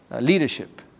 leadership